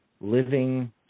living